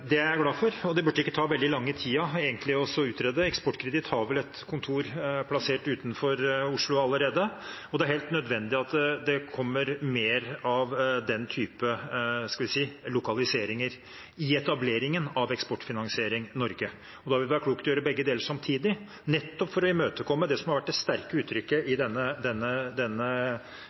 Det er jeg glad for, og det burde ikke ta veldig lang tid å utrede det. Eksportkreditt har vel et kontor plassert utenfor Oslo allerede, og det er helt nødvendig at det kommer mer av den typen lokaliseringer i etableringen av Eksportfinansiering Norge. Da vil det være klokt å gjøre begge deler samtidig, nettopp for å imøtekomme det som har vært det sterke uttrykket i denne